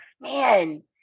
man